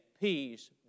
peace